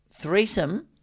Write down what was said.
threesome